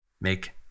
Make